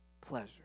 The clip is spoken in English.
pleasure